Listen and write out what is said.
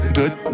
good